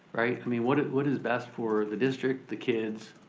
i mean what what is best for the district, the kids,